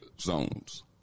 zones